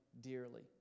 dearly